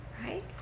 right